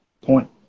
point